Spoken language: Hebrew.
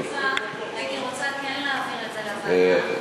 הייתי רוצה להעביר את זה לוועדה,